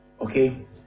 okay